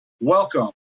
welcome